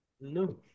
No